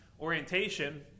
orientation